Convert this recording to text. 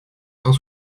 cent